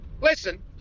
Listen